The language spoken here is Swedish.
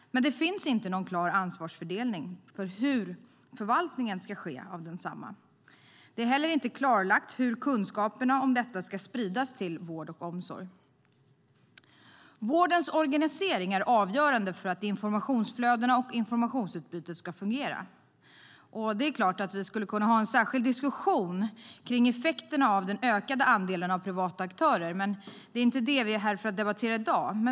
Men det finns inte någon klar ansvarsfördelning när det gäller hur förvaltningen av densamma ska ske. Det är heller inte klarlagt hur kunskaperna om detta ska spridas till vård och omsorg. Vårdens organisering är avgörande för att informationsflödena och informationsutbytet ska fungera. Det är klart att vi skulle kunna ha en särskild diskussion kring effekterna av den ökade andelen privata aktörer, men det är inte det vi är här för att debattera i dag.